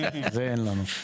זה אין לנו.